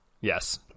Yes